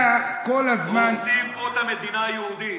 אתה כל הזמן, הורסים פה את המדינה היהודית,